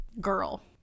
girl